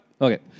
Okay